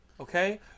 Okay